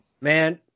Man